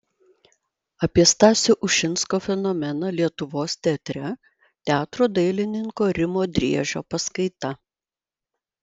apie stasio ušinsko fenomeną lietuvos teatre teatro dailininko rimo driežio paskaita